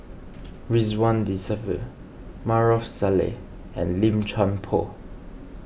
Ridzwan Dzafir Maarof Salleh and Lim Chuan Poh